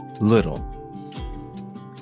Little